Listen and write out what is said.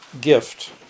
gift